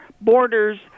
borders